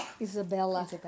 Isabella